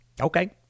okay